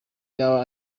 yaba